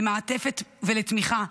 למעטפת ולתמיכה,